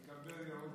תקבל ייעוץ